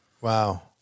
Wow